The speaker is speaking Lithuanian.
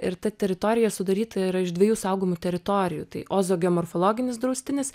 ir ta teritorija sudaryta iš dviejų saugomų teritorijų tai ozo geomorfologinis draustinis